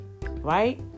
right